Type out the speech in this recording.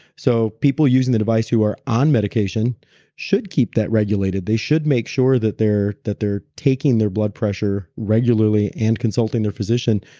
so people using the device who are on medication should keep that regulated. they should make sure that they're that they're taking their blood pressure regularly and consulting their physician,